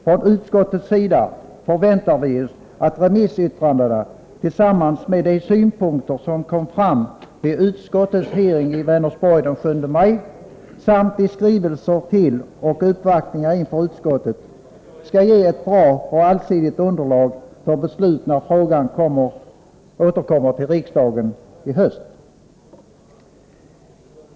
Från utskottets sida förväntar vi oss att remissyttrandena tillsammans med de synpunkter som framkom vid utskottets hearing i Vänersborg den 7 maj samt i skrivelser till och uppvaktningar inför utskottet, skall ge ett bra och allsidigt underlag för beslut när frågan återkommer till riksdagen i höst.